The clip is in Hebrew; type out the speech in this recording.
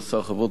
הצעת החוק עברה